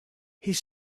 his